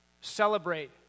celebrate